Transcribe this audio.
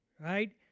right